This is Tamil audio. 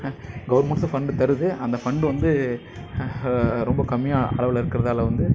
கவுர்மண்டும் ஃபண்ட் தருது அந்த ஃபண்ட் வந்து ரொம்ப கம்மியான அளவில் இருக்கிறதால வந்து